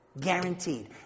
Guaranteed